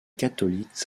catholiques